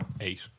Eight